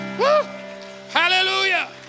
Hallelujah